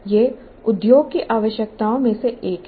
यह उद्योग की आवश्यकताओं में से एक है